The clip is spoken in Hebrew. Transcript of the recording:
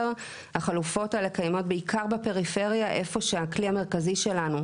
החלופות האלה קיימות בעיקר בפריפריה איפה שהכלי המרכזי שלנו,